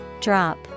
Drop